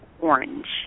orange